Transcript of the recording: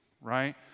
right